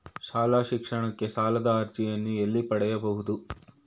ಶಾಲಾ ಶಿಕ್ಷಣಕ್ಕೆ ಸಾಲದ ಅರ್ಜಿಯನ್ನು ಎಲ್ಲಿ ಪಡೆಯಬಹುದು?